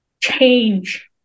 change